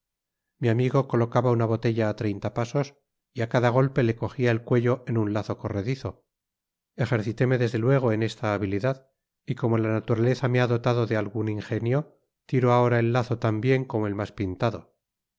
mi amigo colocaba una botella á treinta pasos y á cada golpe le cojia el cuello en un lazo corredizo ejercíteme desde luego en esta habilidad y como la naturaleza me ha dotado de algun injenio tiro ahora el lazo tan bien como el mas pintado